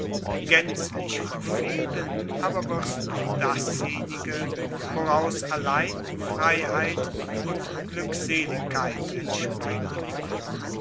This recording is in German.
gänzlich verfehlen aber wirst du dasjenige woraus allein freiheit und glückseligkeit entspringt